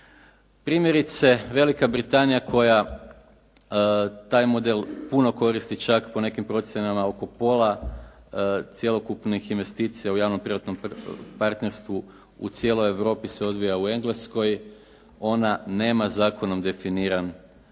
Primjerice Velika Britanija koja taj model puno koristi čak po nekim procjenama oko pola cjelokupnih investicija u javno-privatnom partnerstvu u cijeloj Europi se odvija u Engleskoj, ona nema zakonom definiran